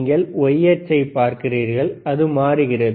நீங்கள் y அச்சைப் பார்க்கிறீர்கள் அது மாறுகிறது